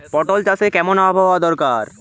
পটল চাষে কেমন আবহাওয়া দরকার?